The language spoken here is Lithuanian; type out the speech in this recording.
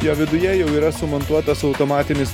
jo viduje jau yra sumontuotas automatinis